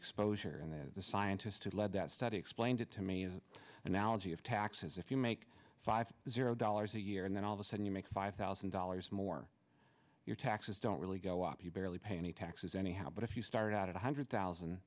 exposure and then the scientist who led that study explained it to me as an analogy of taxes if you make five zero dollars a year and then all of a sudden you make five thousand dollars more your taxes don't really go up you barely pay any taxes anyhow but if you start out at a hundred thousand